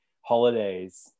holidays